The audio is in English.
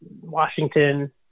Washington